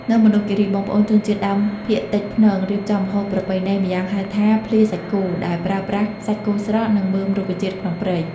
នៅមណ្ឌលគិរី បងប្អូនជនជាតិដើមភាគតិចព្នង រៀបចំម្ហូបប្រពៃណីម្យ៉ាងហៅថា 'ភ្លាសាច់គោ' ដែលប្រើប្រាស់សាច់គោស្រស់ និងមើមរុក្ខជាតិក្នុងព្រៃ។